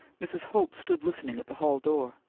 mrs. holt stood listening at the hall door.